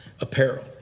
apparel